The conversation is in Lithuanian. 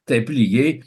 taip lygiai